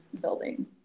building